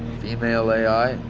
female a i?